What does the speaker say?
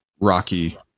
Rocky